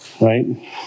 right